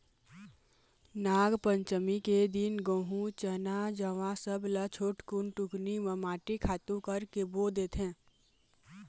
नागपंचमी के दिन गहूँ, चना, जवां सब ल छोटकुन टुकनी म माटी खातू करके बो देथे